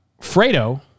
Fredo